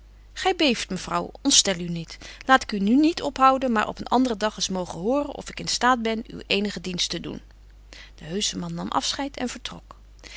gy beeft mevrouw ontstel u niet laat ik u nu niet ophouden maar op een andren dag eens mogen horen of ik in staat ben u eenigen dienst te doen de heusche man nam afscheid en vertrok